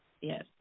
Yes